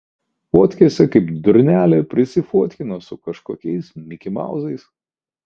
fotkėse kaip durnelė prisifotkino su kažkokiais mikimauzais